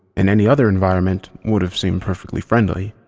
in any other environment would've seemed perfectly friendly,